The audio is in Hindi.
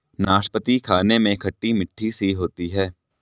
नाशपती खाने में खट्टी मिट्ठी सी होती है